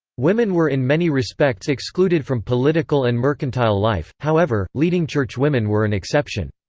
women were in many respects excluded from political and mercantile life, however, leading churchwomen were an exception.